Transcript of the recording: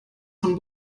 von